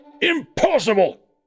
impossible